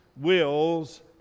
wills